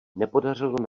nepodařilo